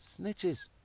snitches